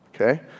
okay